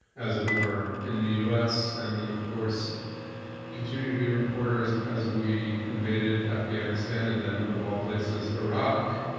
as it were in the u. s. and then of course continued to be a reporter as as we invaded afghanistan and then of all places iraq.